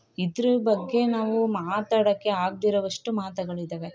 ಇದ್ರ ಬಗ್ಗೆ ನಾವು ಮಾತಾಡೋಕೆ ಆಗ್ದೇ ಇರೊವಷ್ಟು ಮಾತುಗಳಿದಾವೇ